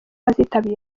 azitabira